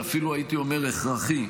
ואפילו הייתי אומר הכרחי,